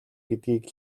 гэдгийг